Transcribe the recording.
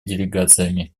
делегациями